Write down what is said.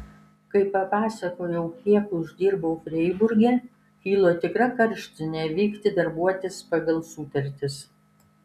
kai papasakojau kiek uždirbau freiburge kilo tikra karštinė vykti darbuotis pagal sutartis